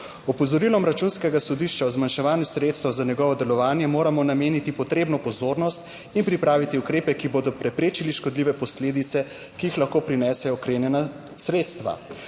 Opozorilom Računskega sodišča o zmanjševanju sredstev za njegovo delovanje moramo nameniti potrebno pozornost, in pripraviti ukrepe, ki bodo preprečili škodljive posledice, ki jih lahko prinesejo usklenjena sredstva.